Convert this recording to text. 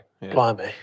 Blimey